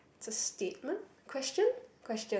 is a statement question question